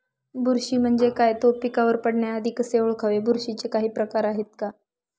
बुरशी म्हणजे काय? तो पिकावर पडण्याआधी कसे ओळखावे? बुरशीचे काही प्रकार आहेत का?